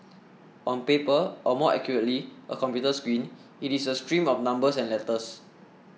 on paper or more accurately a computer screen it is a stream of numbers and letters